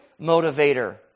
motivator